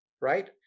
right